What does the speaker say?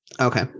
Okay